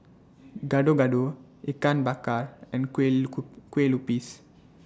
Gado Gado Ikan Bakar and Kueh Kueh Lupis